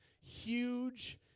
huge